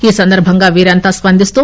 ఈ సందర్భంగా వీరంతా స్పందిస్తూ